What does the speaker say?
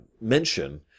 mention